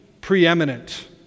preeminent